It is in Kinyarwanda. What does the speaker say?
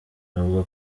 avuga